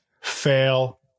fail